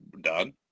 done